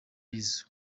yezu